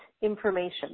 information